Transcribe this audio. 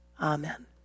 Amen